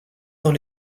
dans